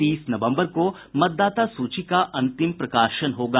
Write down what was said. तीस नवम्बर को मतदाता सूची का अंतिम प्रकाशन होगा